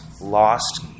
lost